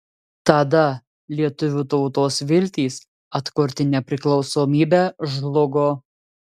tada lietuvių tautos viltys atkurti nepriklausomybę žlugo